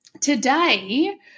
today